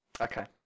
Okay